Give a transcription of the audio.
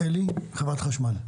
אלי, חברת החשמל.